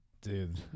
dude